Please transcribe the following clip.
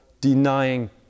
denying